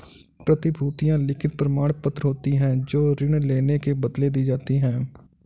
प्रतिभूतियां लिखित प्रमाणपत्र होती हैं जो ऋण लेने के बदले दी जाती है